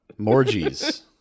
Morgies